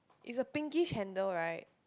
it's a pinkish handle right